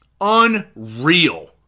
unreal